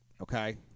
Okay